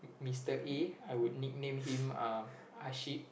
Mister A I will nickname him uh a sheep